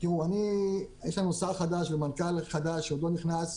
ומנכ"ל חדש שעוד לא נכנס.